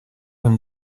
when